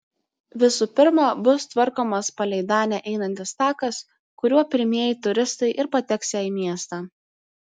visų pirma bus tvarkomas palei danę einantis takas kuriuo pirmieji turistai ir pateksią į miestą